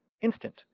instant